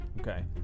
Okay